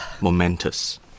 momentous